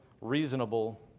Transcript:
reasonable